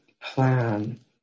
plan